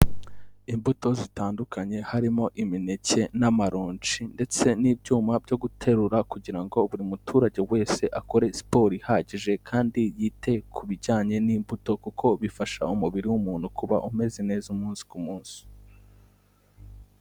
Imbuto zitandukanye harimo imineke n'amaronji ndetse n'ibyuma byo guterura kugira ngo buri muturage wese akore siporo ihagije, kandi yite ku bijyanye n'imbuto kuko bifasha umubiri w'umuntu kuba umeze neza umunsi ku munsi.